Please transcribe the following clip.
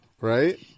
Right